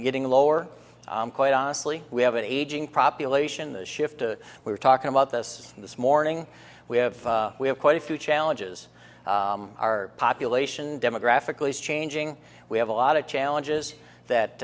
getting lower quite honestly we have an aging population the shift to we're talking about this this morning we have we have quite a few challenges our population demographically is changing we have a lot of challenges